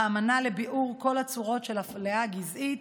האמנה לביעור כל הצורות של אפליה גזעית,